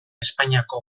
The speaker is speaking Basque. espainiako